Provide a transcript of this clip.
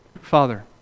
Father